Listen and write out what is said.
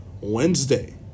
Wednesday